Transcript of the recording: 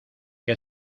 que